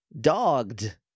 Dogged